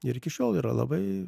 ir iki šiol yra labai